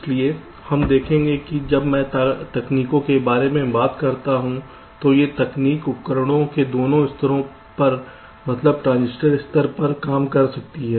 इसलिए हम देखेंगे कि जब मैं तकनीकों के बारे में बात करता हूं तो ये तकनीक उपकरण के दोनों स्तरों पर मतलब ट्रांजिस्टर स्तर पर काम कर सकती है